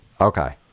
Okay